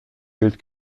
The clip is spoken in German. bild